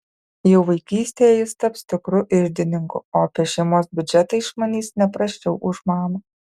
jau vaikystėje jis taps tikru iždininku o apie šeimos biudžetą išmanys ne prasčiau už mamą